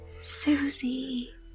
Susie